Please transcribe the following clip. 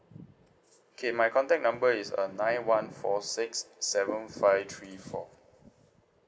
okay my contact number is uh nine one four six seven five three four